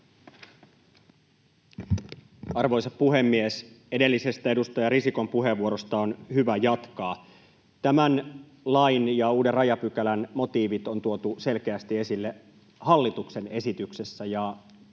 Arvoisa puhemies! Edellisestä, edustaja Risikon puheenvuorosta on hyvä jatkaa. Tämän lain ja uuden rajapykälän motiivit on tuotu selkeästi esille hallituksen esityksessä